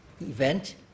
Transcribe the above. event